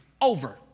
Over